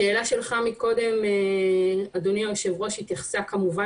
השאלה שלך קודם אדוני היושב ראש התייחסה כמובן